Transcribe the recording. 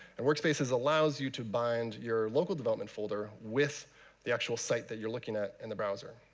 and workspaces allows you to bind your local development folder with the actual site that you're looking at in the browser,